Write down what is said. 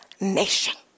nation